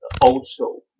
old-school